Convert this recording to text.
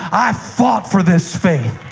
i fought for this faith.